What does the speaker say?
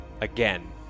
again